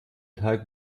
teig